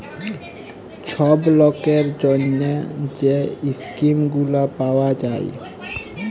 ছব লকের জ্যনহে যে ইস্কিম গুলা পাউয়া যায়